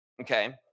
Okay